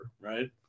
right